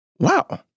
Wow